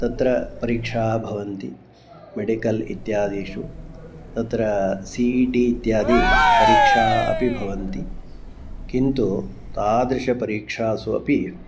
तत्र परीक्षाः भवन्ति मेडिकल् इत्यादिषु तत्र सी इ टी इत्यादिपरीक्षाः अपि भवन्ति किन्तु तादृशपरीक्षासु अपि